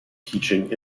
teaching